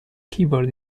keyboard